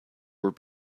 were